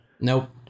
Nope